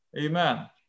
Amen